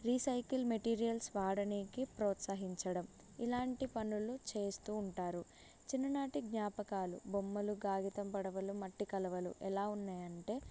recycled materials వాడడానికి ప్రోత్సహించడం ఇలాంటి పనులు చేస్తూ ఉంటారు చిన్ననాటి జ్ఞాపకాలు బొమ్మలు కాగితం పడవలు మట్టి కడవలు ఎలా ఉన్నాయంటే